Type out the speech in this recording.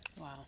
Wow